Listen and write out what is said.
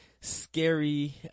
scary